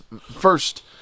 first